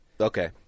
Okay